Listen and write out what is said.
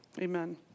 Amen